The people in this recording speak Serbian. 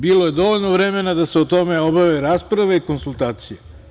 Bilo je dovoljno vremena da se o tome obave rasprave i konsultacije.